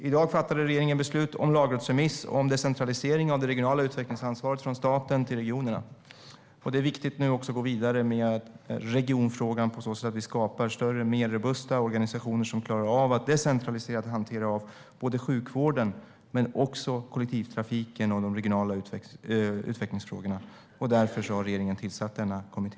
I dag fattade regeringen beslut om en lagrådsremiss om decentralisering av det regionala utvecklingsansvaret från staten till regionerna. Det är viktigt att nu också gå vidare med regionfrågan på så sätt att vi skapar större och robustare organisationer som klarar av att decentralisera hanteringen av sjukvården, kollektivtrafiken och de regionala utvecklingsfrågorna. Därför har regeringen tillsatt denna kommitté.